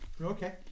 Okay